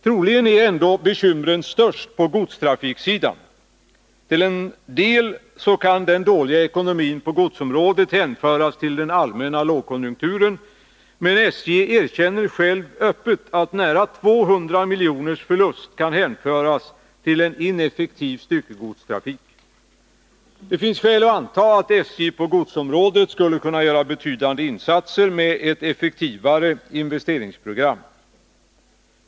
Troligen är ändå bekymren störst på godstrafiksidan. Till en del kan den dåliga ekonomin på godsområdet bero på den allmänna lågkonjunkturen, men SJ erkänner självt öppet att nära 200 miljoners förlust kan hänföras till en ineffektiv styckegodstrafik. Det finns skäl att anta att SJ på godsområdet skulle kunna göra betydande insatser med ett effektivare investeringsprogram.